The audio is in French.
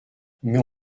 mais